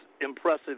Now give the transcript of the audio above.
impressive